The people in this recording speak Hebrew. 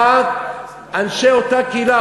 רק אנשי אותה קהילה,